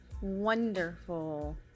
wonderful